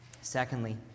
Secondly